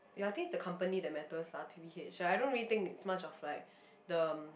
ya I think is the company that matters lah T_B_H like I don't really think it's much of the